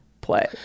play